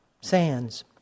sands